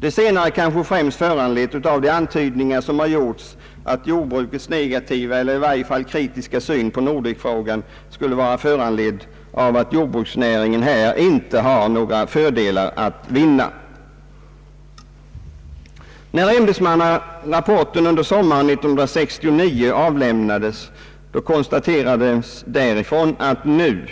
Det senare är kanske främst föranlett av de antydningar som gjorts om att jordbrukets negativa eller i varje fall kritiska syn på Nordekfrågan skulle vara orsakad av att jordbruksnäringen här inte har några fördelar att vinna. När ämbetsmannarapporten under sommaren 1969 avlämnades, konstaterades att man där nu